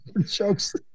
jokes